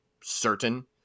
certain